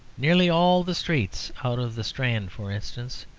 nearly all the streets out of the strand, for instance,